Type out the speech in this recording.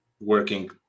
working